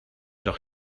doch